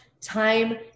time